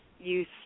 use